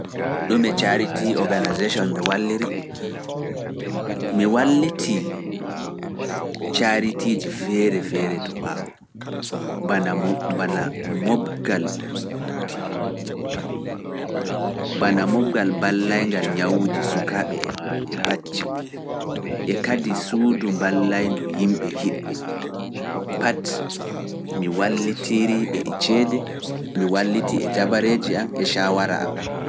Ɗume cariti organisation mi walliri, mi wallitii caritiiji feere feere to ɓaawo, bana moɓgal mballayngal ñawuuji sukaaɓe e bacci, e kadi suudu mballayndu yimɓe hiɓɓe, pat mi wallitirii ɓe e ceede, mi wallitii e dabareeji am e shaawara am.